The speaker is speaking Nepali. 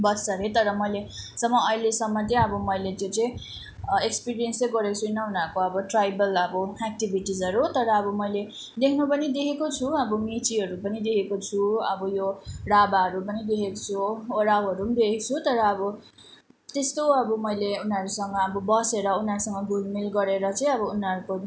बस्छ हरे तर मैले सम अहिलेसम्म चाहिँ मैले त्यो चाहिँ एक्सपिरिन्यस चाहिँ गरेको छुइनँ उनीहरूको अब ट्राइबल अब एक्टिभिटिजहरू तर अब मैले देख्नु पनि देखेको छु अब मेचीहरू पनि देखेको छु अब यो राभाहरू पनि देखेको छु ओराउहरू पनि देखेको छु तर अब त्यस्तो अब मैले उनीहरूसँग अब बसेर उनीहरूसँग घुलमिल गरेर चाहिँ अब उनीहरूको